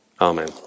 Amen